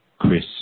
Chris